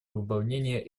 выполнения